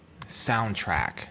soundtrack